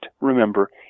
remember